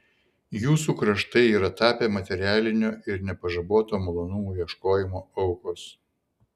jūsų kraštai yra tapę materialinio ir nepažaboto malonumų ieškojimo aukos